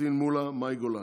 פטין מולא ומאי גולן,